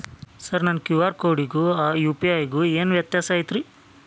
Sir ನನ್ನ QR ಕೊಡಿಗೂ ಆ ಯು.ಪಿ.ಐ ಗೂ ಏನ್ ವ್ಯತ್ಯಾಸ ಐತ್ರಿ?